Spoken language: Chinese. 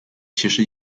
其实